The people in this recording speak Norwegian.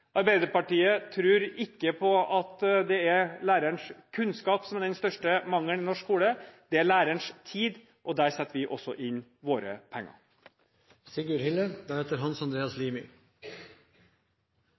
Arbeiderpartiet tror ikke på at det er lærerens kunnskap som er den største mangelen i norsk skole. Det er lærerens tid, og der setter vi også inn våre penger.